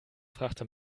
frachter